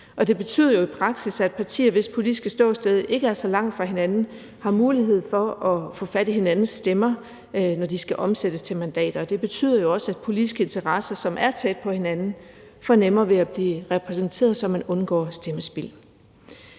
Det betyder jo i praksis, at partier, hvis politiske ståsted ikke er så langt fra hinanden, har mulighed for at få fat i hinandens stemmer, når de skal omsættes til mandater. Det betyder jo også, at politiske interesser, som er tæt på hinanden, får nemmere ved at blive repræsenteret, så man undgår stemmespild.